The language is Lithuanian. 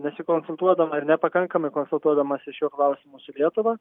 nesikonsultuodama ir nepakankamai konsultuodamasi šiuo klausimu su lietuva